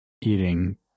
eating